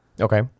Okay